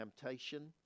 temptation